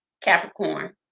Capricorn